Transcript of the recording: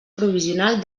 provisional